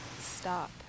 stop